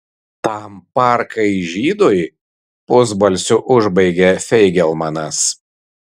tam parkai žydui pusbalsiu užbaigė feigelmanas